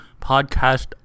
Podcast